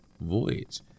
voyage